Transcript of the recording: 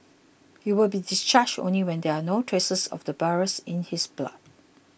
he will be discharged only when there are no traces of the virus in his blood